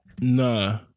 Nah